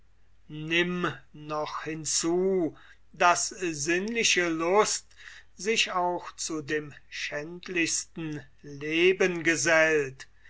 nimm noch hinzu daß sinnliche lust sich auch zu dem schändlichsten leben gesellt